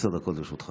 עשר דקות לרשותך.